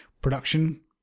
production